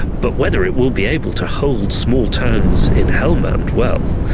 but whether it will be able to hold small towns in helmand, well,